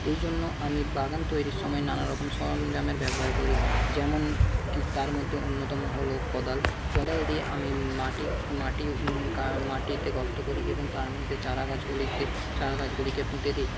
এই জন্য আমি বাগান তৈরির সময় নানারকম সরঞ্জামের ব্যবহার করি যেমন তার মধ্যে অন্যতম হলো কোদাল কোদাল দিয়ে আমি মাটি মাটি মাটিতে গর্ত করি এবং তার মধ্যে চারাগাছগুলিতে চারাগাছগুলিকে পুঁতে দিই